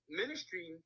ministry